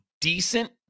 decent